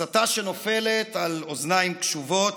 הסתה שנופלת על אוזניים קשובות,